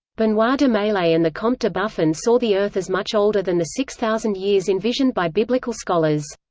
benoit ah de maillet and the comte de buffon saw the earth as much older than the six thousand years envisioned by biblical scholars.